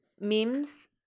Memes